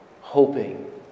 hoping